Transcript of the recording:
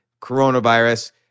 Coronavirus